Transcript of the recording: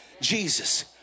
jesus